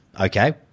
okay